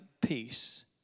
peace